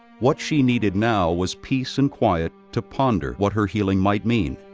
what she needed now was peace and quiet to ponder what her healing might mean.